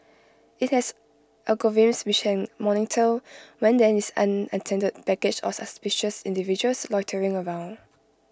IT has algorithms which can monitor when there is unattended baggage or suspicious individuals loitering around